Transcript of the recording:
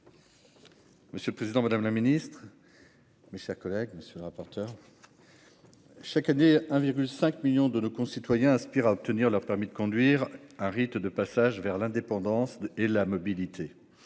Monsieur le président, madame la secrétaire d'État, mes chers collègues, chaque année, 1,5 million de nos concitoyens aspirent à obtenir leur permis de conduire, un rite de passage vers l'indépendance et la mobilité.